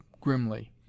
grimly